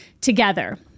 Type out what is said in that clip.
together